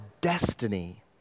destiny